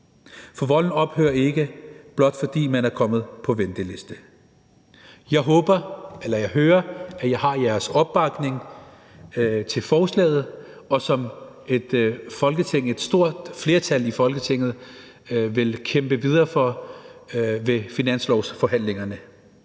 For volden ophører ikke, blot fordi man er kommet på venteliste. Jeg hører, at jeg har jeres opbakning til forslaget, som et stort flertal i Folketinget vil kæmpe videre for ved finanslovsforhandlingerne.